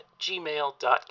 gmail.com